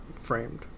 framed